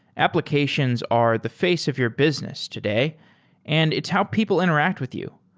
applications are the face of your business today and it's how people interact with you.